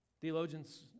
Theologians